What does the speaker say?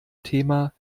thema